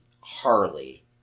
Harley